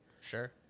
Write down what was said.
Sure